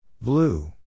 Blue